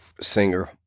singer